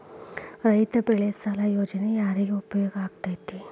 ರೈತ ಬೆಳೆ ಸಾಲ ಯೋಜನೆ ಯಾರಿಗೆ ಉಪಯೋಗ ಆಕ್ಕೆತಿ?